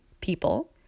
people